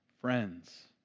friends